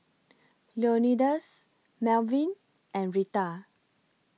Leonidas Malvin and Retta